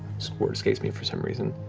word escapes me for some reason.